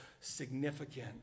significant